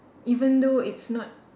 even though it's not